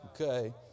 Okay